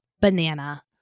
banana